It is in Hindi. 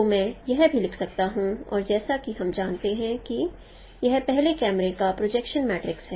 तो मैं यह भी लिख सकता हूं और जैसा कि हम जानते हैं कि यह पहले कैमरे का प्रोजेक्शन मैट्रिक्स है